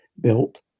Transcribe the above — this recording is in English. built